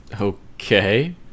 Okay